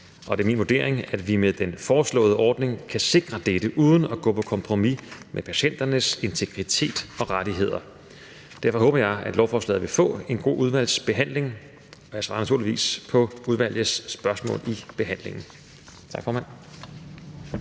Og det er min vurdering, at vi med den foreslåede ordning kan sikre dette uden at gå på kompromis med patienternes integritet og rettigheder. Derfor håber jeg, at lovforslaget vil få en god udvalgsbehandling. Jeg svarer naturligvis på udvalgets spørgsmål i behandlingen.